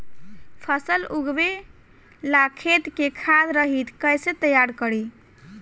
फसल उगवे ला खेत के खाद रहित कैसे तैयार करी?